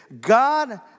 God